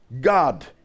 God